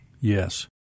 Yes